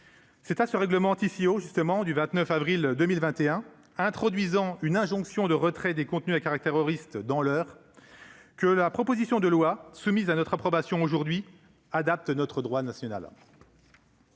C'est à ce règlement ici au justement du 29 avril 2021 introduisant une injonction de retrait des contenus à caractère risque dans l'heure, que la proposition de loi soumis à notre approbation aujourd'hui adapte notre droit national.